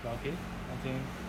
but okay okay